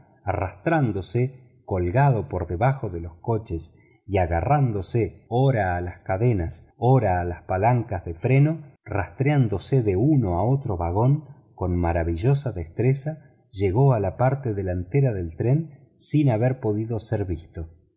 arrastrándose colgado por debajo de los coches y agarrándose ora a las cadenas ora a las palancas de freno rastreándose de uno a otro vagón con maravillosa destreza llegó a la parte delantera del tren sin haber podido ser visto